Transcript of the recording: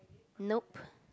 nope